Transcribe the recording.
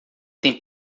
tem